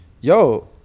yo